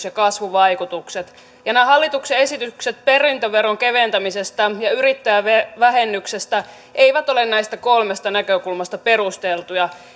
ja kasvuvaikutukset ja nämä hallituksen esitykset perintöveron keventämisestä ja yrittäjävähennyksestä eivät ole näistä kolmesta näkökulmasta perusteltuja